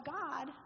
God